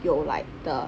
有 like the